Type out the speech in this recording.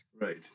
Right